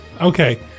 Okay